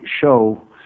show